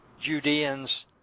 Judeans